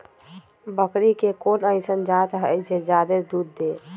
बकरी के कोन अइसन जात हई जे जादे दूध दे?